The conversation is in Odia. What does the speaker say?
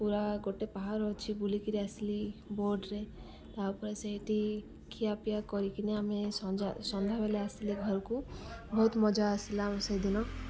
ପୁରା ଗୋଟେ ଅଛି ବୁଲି କରି ଆସିଲି ବୋର୍ଡ଼ରେ ତା'ପରେ ସେଇଠି ଖିଆ ପିଆ କରିକିିନା ଆମେ ସନ୍ଧ୍ୟାବେଳେ ଆସିଲେ ଘରକୁ ବହୁତ ମଜା ଆସିଲା ସେଇଦିନ